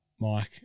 Mike